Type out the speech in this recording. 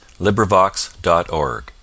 LibriVox.org